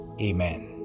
Amen